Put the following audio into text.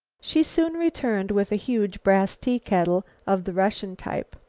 she soon returned with a huge brass teakettle of the russian type.